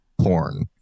porn